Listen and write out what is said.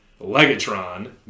Legatron